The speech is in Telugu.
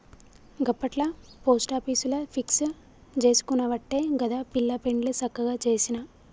గప్పట్ల పోస్టాపీసుల ఫిక్స్ జేసుకునవట్టే గదా పిల్ల పెండ్లి సక్కగ జేసిన